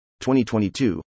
2022